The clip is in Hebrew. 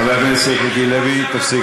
חבר הכנסת מיקי לוי, תפסיק